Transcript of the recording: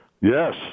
Yes